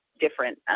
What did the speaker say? different